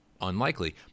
unlikely